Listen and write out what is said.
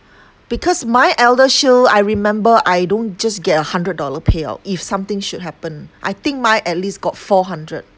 because my eldershield I remember I don't just get a hundred dollar payout if something should happen I think mine at least got four hundred